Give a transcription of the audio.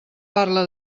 parla